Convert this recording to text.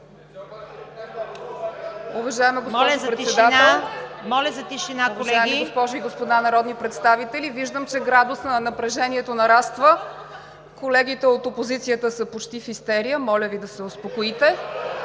Моля Ви да се успокоите